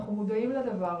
אנחנו מודעים לדבר.